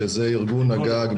שזה ארגון הגג.